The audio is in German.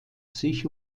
sich